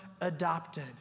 adopted